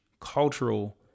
cultural